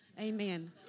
Amen